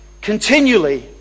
continually